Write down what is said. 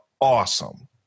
awesome